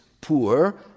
poor